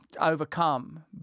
overcome